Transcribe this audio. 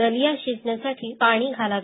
दलिया शिजण्यासाठी पाणी घालावे